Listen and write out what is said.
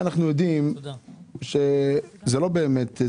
אם לא בדקתם את כל הנתונים,